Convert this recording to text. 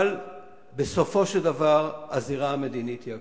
אבל בסופו של דבר הזירה המדינית היא הקובעת.